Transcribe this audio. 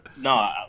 No